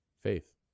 Faith